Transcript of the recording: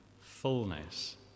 fullness